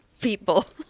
people